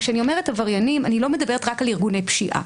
כשאני אומרת עבריינים אני לא מדברת רק על ארגוני פשיעה.